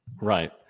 Right